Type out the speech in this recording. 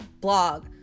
blog